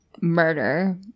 murder